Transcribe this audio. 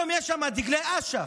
פתאום יש שם דגלי אש"ף.